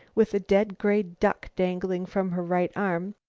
with a dead gray duck dangling from her right arm,